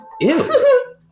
Ew